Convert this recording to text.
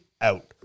out